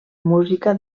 música